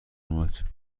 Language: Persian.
اومد